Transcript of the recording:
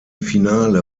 finale